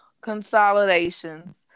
consolidations